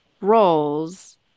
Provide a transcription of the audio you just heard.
roles